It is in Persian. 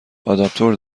آداپتور